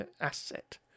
asset